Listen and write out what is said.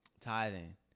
tithing